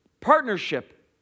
partnership